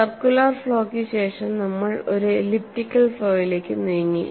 circular ഫ്ലോക്ക് ശേഷം നമ്മൾ ഒരു എലിപ്റ്റിക്കൽ ഫ്ലോയിലേക്ക് നീങ്ങി